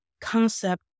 concept